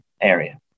area